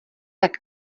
tak